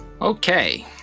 Okay